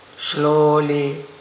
Slowly